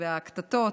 והקטטות,